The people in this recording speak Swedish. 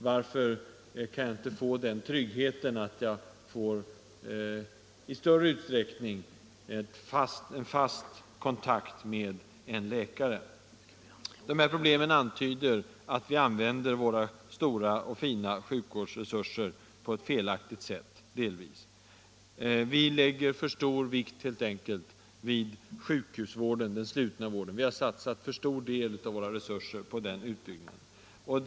Varför kan jag inte få tryggheten av en fast kontakt med en läkare? Dessa problem antyder att vi använder våra stora och fina sjukvårdsresurser på ett delvis felaktigt sätt. Vi lägger förstor vikt vid sjukhusvården, den slutna vården. Vi har satsat för stor del av våra resurser på utbyggnad av den.